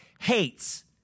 hates